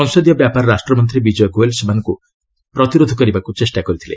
ସଂସଦୀୟ ବ୍ୟାପାର ରାଷ୍ଟମନ୍ତ୍ରୀ ବିଜୟ ଗୋଏଲ ସେମାନଙ୍କୁ ପ୍ରତିରୋଧ କରିବାକୁ ଚେଷ୍ଟା କରିଥିଲେ